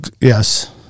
Yes